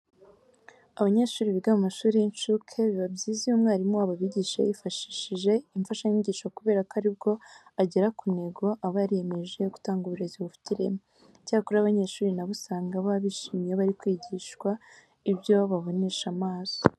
Abanyeshuri biga mu mashuri y'incuke, biba byiza iyo umwarimu wabo abigishije yifashishije imfashanyigisho kubera ko ari bwo agera ku ntego aba yariyemeje yo gutanga uburezi bufite ireme. Icyakora abanyeshuri na bo usanga baba bishimye iyo bari kwigiswa ibyo babonesha amaso.